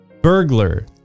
Burglar